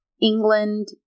England